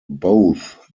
both